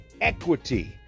equity